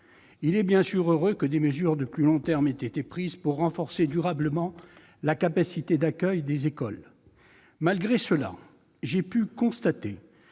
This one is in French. Il est heureux que des mesures de plus long terme aient été prises pour renforcer durablement la capacité d'accueil des écoles, mais j'ai pu constater